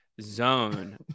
Zone